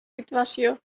situació